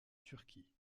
turquie